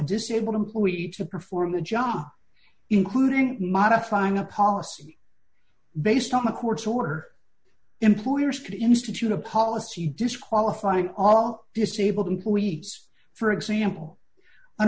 disabled employee to perform the job including modifying a policy based on a court order employers could institute a policy disqualifying all disabled and police for example an